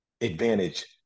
advantage